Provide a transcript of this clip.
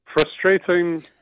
frustrating